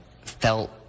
felt